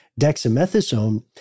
dexamethasone